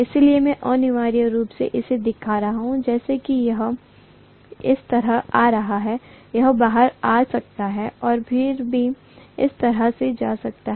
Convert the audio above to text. इसलिए मैं अनिवार्य रूप से एसे दिखा रहा हूं जैसे कि यह इस तरह आ रहा है यह बाहर आ सकता है और फिर यह इस तरह से जा सकता है